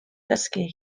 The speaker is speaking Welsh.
ddysgu